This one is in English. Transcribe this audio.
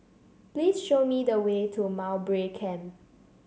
please show me the way to Mowbray Camp